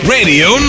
Radio